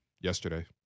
yesterday